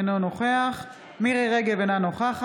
אינו נוכח מירי מרים רגב, אינה נוכחת